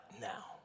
now